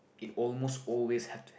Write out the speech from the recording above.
it almost always had to